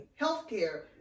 healthcare